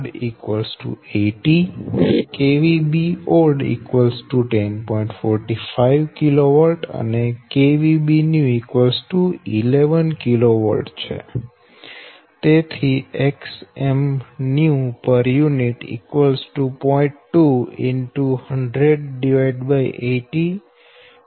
20pu Bnew 100 Bold 80 Bold 10